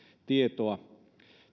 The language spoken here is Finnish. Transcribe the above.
tietoa